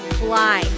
fly